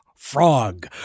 Frog